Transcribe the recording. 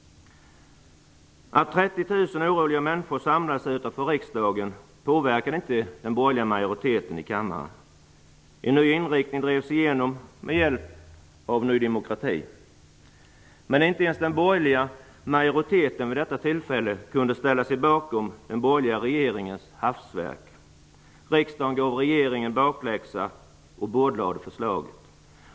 Att 30 000 oroliga människor samlades utanför riksdagen påverkade inte den borgerliga majoriteten i kammaren. En ny inriktning drevs igenom med hjälp av Ny demokrati. Men inte ens den borgerliga majoriteten vid detta tillfälle kunde ställa sig bakom den borgerliga regeringens hafsverk. Riksdagen gav regeringen bakläxa och bordlade förslagen.